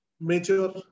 major